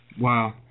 Wow